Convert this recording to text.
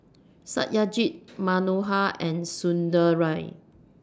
Satyajit Manohar and Sunderlal